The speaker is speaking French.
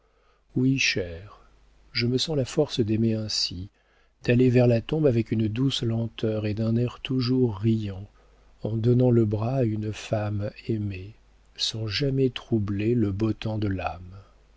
oui chère je me sens la force d'aimer ainsi d'aller vers la tombe avec une douce lenteur et d'un air toujours riant en donnant le bras à une femme aimée sans jamais troubler le beau temps de l'âme